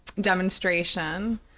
demonstration